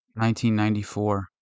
1994